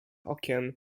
okiem